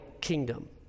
kingdom